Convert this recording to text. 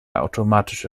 automatische